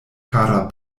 kara